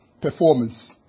performance